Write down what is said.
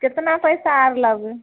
केतना पैसा आर लेबै